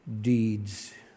deeds